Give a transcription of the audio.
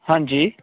ਹਾਂਜੀ